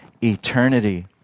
eternity